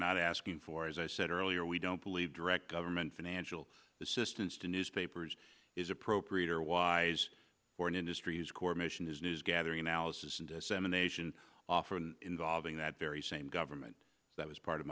not asking for as i said earlier we don't believe direct government financial assistance to newspapers is appropriate or wise for an industry's core mission is gathering analysis and dissemination often involving that very same government that was part of